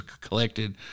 collected